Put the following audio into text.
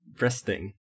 resting